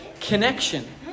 connection